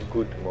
Good